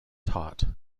taught